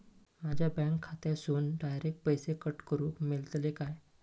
माझ्या बँक खात्यासून डायरेक्ट पैसे कट करूक मेलतले काय?